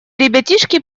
ребятишки